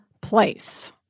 place